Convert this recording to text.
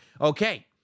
Okay